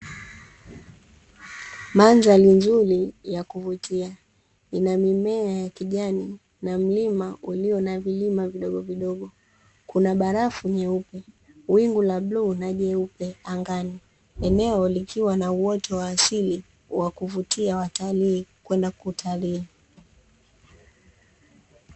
Mandhari nzuri ya kuvutia inamimea ya kijani na mlima na vilima vidogovidogo kukiwa na kuna barafu nyeupe, wingu la bluu na jeupe angani kukiwa na uoto wa asili wa kuvutia watalii kwenda kutalii